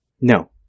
No